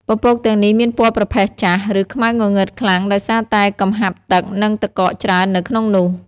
ពពកទាំងនេះមានពណ៌ប្រផេះចាស់ ឬខ្មៅងងឹតខ្លាំងដោយសារតែកំហាប់ទឹក និងទឹកកកច្រើននៅក្នុងនោះ។